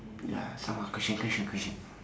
ya some more question question question